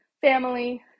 family